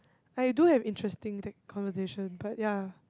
I do have interesting that conversation but ya